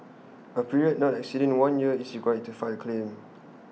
A period not exceeding one year is required to file A claim